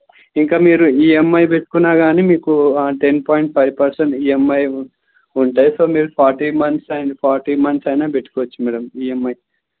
ఇంక మీరు ఈఎంఐ పెట్టుకున్నా కానీ మీకు ten point five percent EMI ఉంటాయి సో మీరు forty months and forty months అయిన పెట్టుకోవచ్చు మేడమ్ ఈఎంఐ